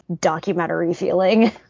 documentary-feeling